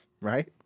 Right